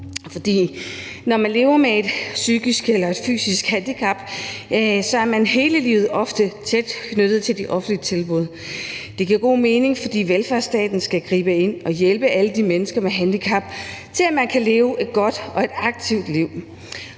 for når man lever med et psykisk eller et fysisk handicap, er man hele livet ofte tæt knyttet til de offentlige tilbud. Det giver god mening, for velfærdsstaten skal gribe ind og hjælpe alle de mennesker med handicap til, at de kan leve et godt og aktivt liv.